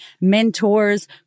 mentors